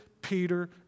Peter